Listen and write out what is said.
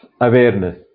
awareness